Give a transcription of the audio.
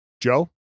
Joe